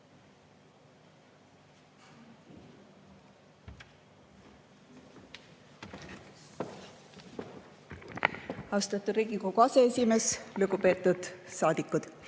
Austatud Riigikogu aseesimees! Lugupeetud saadikud!